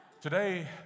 Today